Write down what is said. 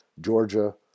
Georgia